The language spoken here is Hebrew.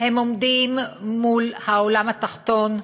הם עומדים מול העולם התחתון,